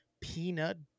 peanut